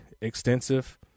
extensive